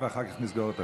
בטח על ייצוג הולם.